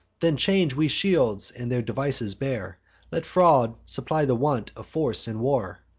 then change we shields, and their devices bear let fraud supply the want of force in war.